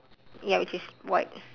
ya which is white